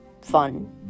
fun